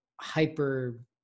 hyper